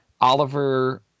Oliver